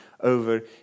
over